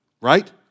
right